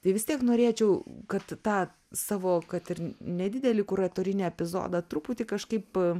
tai vis tiek norėčiau kad tą savo kad ir nedidelį kuratorinį epizodą truputį kažkaip